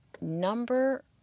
Number